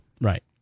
Right